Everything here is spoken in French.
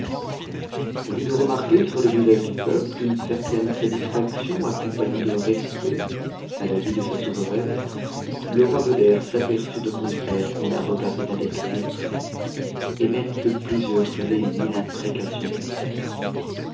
au lieu de remarquer sur le visage du peuple une certaine satisfaction accompagnée de respect à la vue de sa souveraine le roi bedef s'aperçut au contraire qu'on la regardait avec mépris et même que plusieurs faisaient mille imprécations contre elle